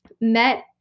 met